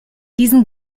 diesen